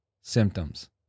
symptoms